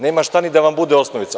Nema šta da vam bude osnovica.